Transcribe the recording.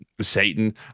satan